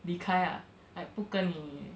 离开 ah like 不跟你